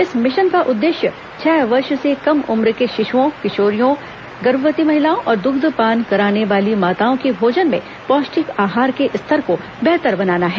इस मिशन का उद्देश्य छह वर्ष से कम उम्र के शिशुओं किशोरियों गर्भवती महिलाओं और दुग्धपान कराने वाली माताओं के भोजन में पौष्टिक आहार के स्तर को बेहतर बनाना है